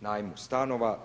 najmu stanova.